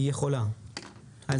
היא יכולה.